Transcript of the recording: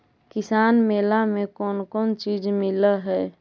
किसान मेला मे कोन कोन चिज मिलै है?